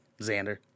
Xander